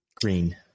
Green